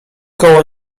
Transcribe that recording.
koło